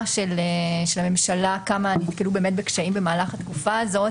של הממשלה כמה נתקלו באמת בקשיים במהלך התקופה הזאת